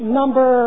number